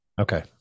Okay